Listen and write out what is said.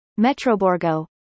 Metroborgo